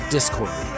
Discord